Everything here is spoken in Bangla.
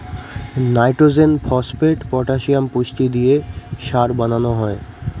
নাইট্রজেন, ফসপেট, পটাসিয়াম পুষ্টি দিয়ে সার বানানো হয়